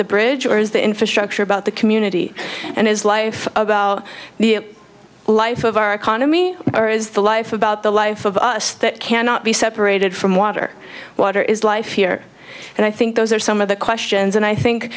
the bridge or is the infrastructure about the community and is life about the life of our economy or is the life about the life of us that cannot be separated from water water is life here and i think those are some of the questions and i think